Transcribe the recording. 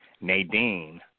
Nadine